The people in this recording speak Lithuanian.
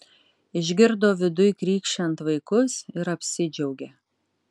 išgirdo viduj krykščiant vaikus ir apsidžiaugė